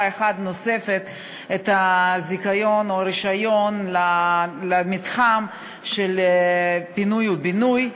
אחת נוספת את הזיכיון או הרישיון למתחם של פינוי ובינוי.